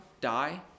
die